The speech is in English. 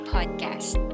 Podcast